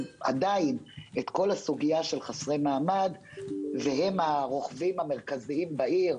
את כל הסוגיה של חסרי מעמד והם הרוכבים המרכזיים בעיר,